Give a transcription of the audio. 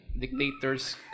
dictators